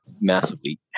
massively